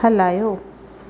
हलायो